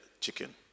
chicken